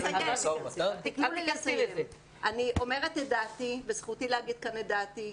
אני אומרת את דעתי וזכותי לומר כאן את דעתי.